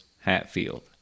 Hatfield